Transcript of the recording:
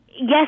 Yes